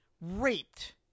raped